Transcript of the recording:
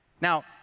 Now